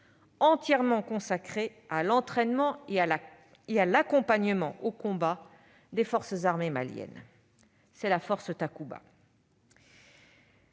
entièrement consacrée à l'entraînement et à l'accompagnement au combat des forces armées maliennes : c'est la force Takuba.